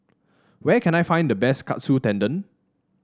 where can I find the best Katsu Tendon